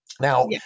Now